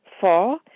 Four